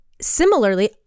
similarly